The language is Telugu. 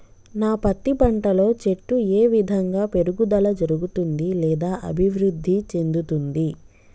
నా పత్తి పంట లో చెట్టు ఏ విధంగా పెరుగుదల జరుగుతుంది లేదా అభివృద్ధి చెందుతుంది?